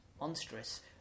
monstrous